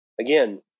Again